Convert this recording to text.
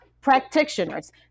practitioners